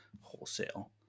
wholesale